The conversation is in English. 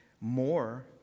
more